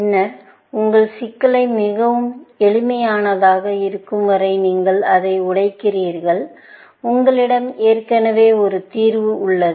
பின்னர் உங்கள் சிக்கலை மிகவும் எளிமையானதாக இருக்கும் வரை நீங்கள் அதை உடைக்கிறீர்கள் உங்களிடம் ஏற்கனவே ஒரு தீர்வு உள்ளது